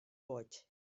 boig